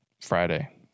Friday